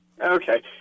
Okay